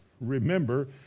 remember